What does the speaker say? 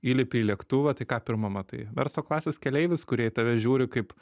įlipi į lėktuvą tai ką pirma matai verslo klasės keleivius kurie į tave žiūri kaip